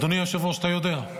אדוני היושב-ראש, אתה יודע.